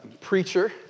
preacher